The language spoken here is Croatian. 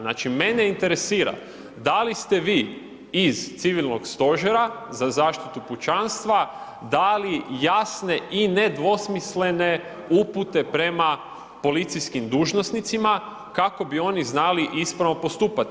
Znači mene interesira da li ste vi iz Civilnog stožera za zaštitu pučanstva dali jasne i nedvosmislene upute prema policijskim dužnosnicima kako bi oni znali ispravno postupati.